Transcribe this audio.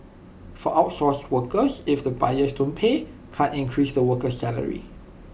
for outsourced workers if the buyers don't pay can't increase the worker's salary